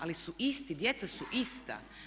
Ali su isti, djeca su ista.